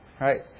Right